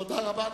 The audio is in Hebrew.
תודה רבה.